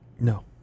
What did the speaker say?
No